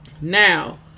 Now